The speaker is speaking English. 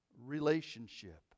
relationship